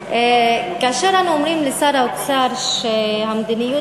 כאשר אנחנו אומרים לשר האוצר שהמדיניות